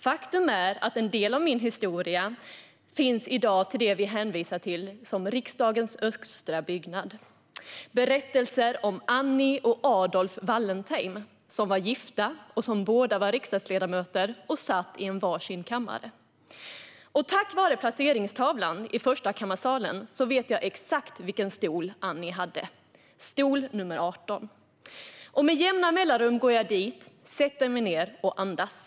Faktum är att en del av min historia finns i det som vi i dag hänvisar till som Riksdagshuset östra. Det är berättelser om Annie och Adolf Wallentheim, som var gifta och som båda var riksdagsledamöter men satt i varsin kammare. Tack vare placeringstavlan i Förstakammarsalen vet jag exakt vilken stol Annie hade: stol nr 18. Med jämna mellanrum går jag dit, sätter mig ned och andas.